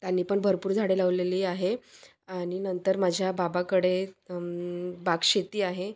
त्यांनी पण भरपूर झाडे लावलेली आहे आणि नंतर माझ्या बाबाकडे बागशेती आहे